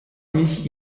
mich